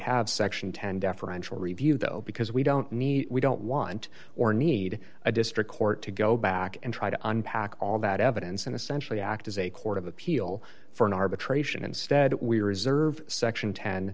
have section ten deferential review though because we don't need we don't want or need a district court to go back and try to unpack all that evidence and essentially act as a court of appeal for an arbitration instead we reserve section ten